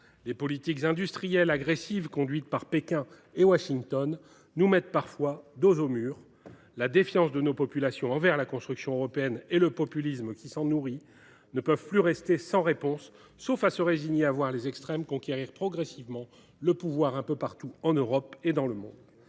Les politiques industrielles agressives conduites par Pékin et Washington nous mettent parfois dos au mur. La défiance de nos populations envers la construction européenne et le populisme qui s’en nourrit ne peuvent plus rester sans réponse, sauf à se résigner à voir les extrêmes conquérir progressivement le pouvoir un peu partout, en Europe et dans le monde.